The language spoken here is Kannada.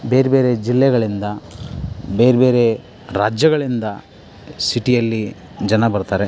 ಬೇರೆಬೇರೆ ಜಿಲ್ಲೆಗಳಿಂದ ಬೇರೆಬೇರೆ ರಾಜ್ಯಗಳಿಂದ ಸಿಟಿಯಲ್ಲಿ ಜನ ಬರ್ತಾರೆ